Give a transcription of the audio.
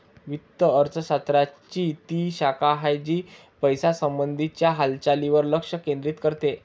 वित्त अर्थशास्त्र ची ती शाखा आहे, जी पैशासंबंधी च्या हालचालींवर लक्ष केंद्रित करते